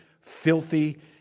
filthy